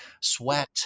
sweat